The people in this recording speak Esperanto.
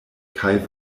kaj